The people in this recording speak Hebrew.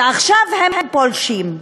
ועכשיו הם פולשים,